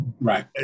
right